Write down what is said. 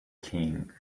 king